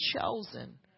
chosen